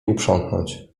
uprzątnąć